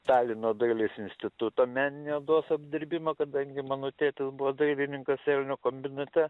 talino dailės instituto meninį odos apdirbimą kadangi mano tėtis buvo dailininkas elnio kombinate